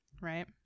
Right